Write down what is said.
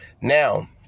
Now